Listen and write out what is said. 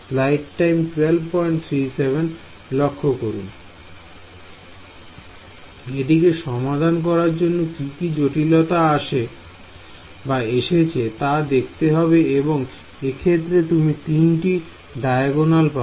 Student এটিকে সমাধান করার জন্য কি কি জটিলতা আসছে তা দেখতে হবে এবং এক্ষেত্রে তুমি তিনটি ডায়াগোনাল পাবে